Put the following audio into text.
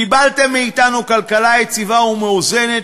קיבלתם מאתנו כלכלה יציבה ומאוזנת,